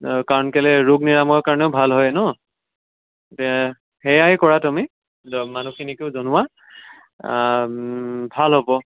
কাৰণ কেলৈ ৰোগ নিৰাময়ৰ কাৰণেও ভাল হয় নহ্ এতিয়া সেয়াই কৰা তুমি মানুহখিনিকো জনোৱা ভাল হ'ব